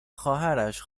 خواهرش